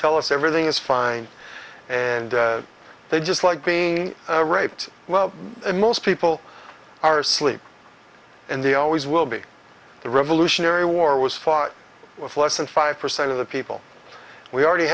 tell us everything is fine and they just like the right well most people are asleep and they always will be the revolutionary war was fought with less than five percent of the people we already